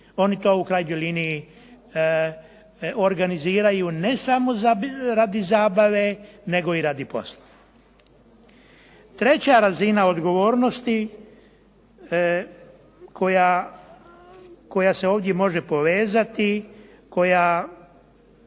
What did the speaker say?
oni to u krajnjoj liniji organiziraju ne samo radi zabave, nego i radi posla. Treća razina odgovornosti koja se ovdje može povezati, koja